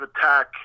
attack